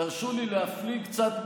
תרשו לי להפליג קצת בדמיון.